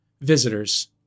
visitors